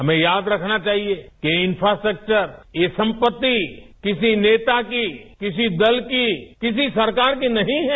हमें याद रखना चाहिए कि ये इंफ्रास्ट्रक्चर ये संपत्ति किसी नेता की किसी दल की किसी सरकार की नहीं है